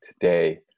today